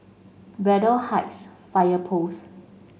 Braddell Heights Fire Post